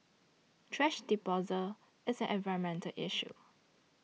thrash disposal is an environmental issue